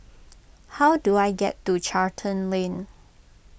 how do I get to Charlton Lane